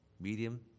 medium